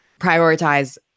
prioritize